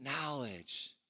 knowledge